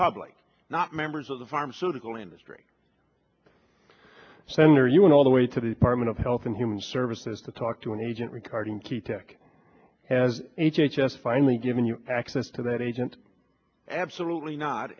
public not members of the pharmaceutical industry center you and all the way to the apartment of health and human services to talk to an agent regarding key tech as h h s finally giving you access to that agent absolutely not